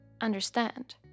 understand